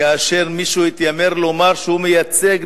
כאשר מישהו התיימר לומר שהוא מייצג,